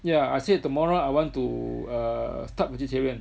yeah I said tomorrow I want to err start vegeterian